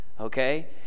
Okay